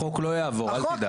החוק לא יעבור, אל תדאג.